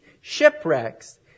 shipwrecks